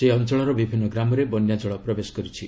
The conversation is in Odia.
ସେହି ଅଞ୍ଚଳର ବିଭିନ୍ନ ଗ୍ରାମରେ ବନ୍ୟାଜଳ ପ୍ରବେଶ କରିଛି